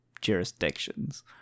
jurisdictions